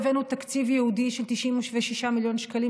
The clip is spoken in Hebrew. הבאנו תקציב ייעודי של 96 מיליון שקלים